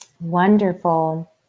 Wonderful